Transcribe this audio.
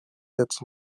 its